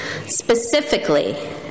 specifically